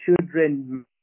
children